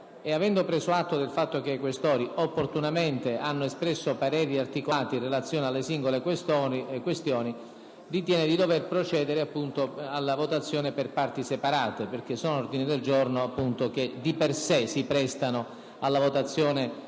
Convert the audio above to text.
avendo preso atto del fatto che i senatori Questori, opportunamente, hanno espresso pareri articolati in relazione alle singole questioni, ritiene di dover procedere alla votazione per parti separate, in quanto si tratta di ordini del giorno che, di per sé, si prestano a tale tipo